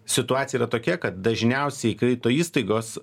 situacija yra tokia kad dažniausiai kredito įstaigos